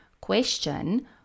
question